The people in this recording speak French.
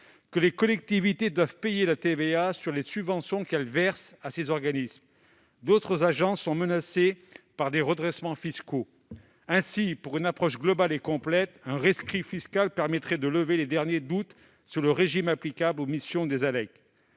que les collectivités doivent payer la TVA sur les subventions qu'elles versent à ces organismes. D'autres agences sont menacées par des redressements fiscaux. Ainsi, pour une approche globale et complète, un rescrit fiscal permettrait de lever les derniers doutes sur le régime applicable aux missions des ALEC.